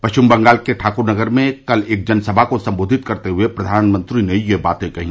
पश्चिम बंगाल के ठाकुरनगर में कल एक जनसभा को संबोधित करते हुए प्रधानमंत्री ने ये बात कही